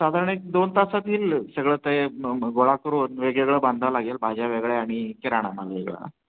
साधारण एक दोन तासात येईल सगळं ते गोळा करून वेगवेगळं बांधावं लागेल भाज्या वेगळ्या आणि किराणा माल वेगळा